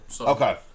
Okay